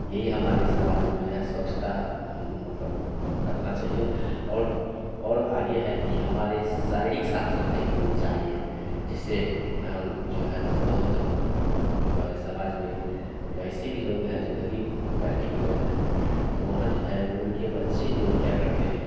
यही हमारे समाज में जो है स्वच्छता मतलब रखना चाहिए और और आगे है कि हमारे शारीरिक साफ़ सफ़ाई भी होनी चाहिए जैसे जो है बहुत जो है समाज में जो ऐसे भी लोग हैं जो ग़रीब क्वेल्टी के लोग हैं तो वहाँ जो है वह उनके बच्चे जो है क्या करते हैं